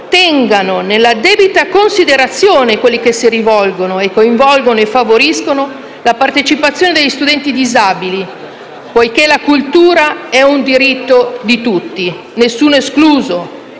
tengano nella debita considerazione quelli che si rivolgono, coinvolgono e favoriscono la partecipazione di studenti disabili. La cultura è infatti un diritto di tutti, nessuno escluso,